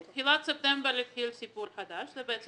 בתחילת ספטמבר יתחיל סיפור חדש וזה בעצם